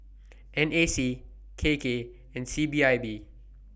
N A C K K and C P I B